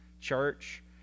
church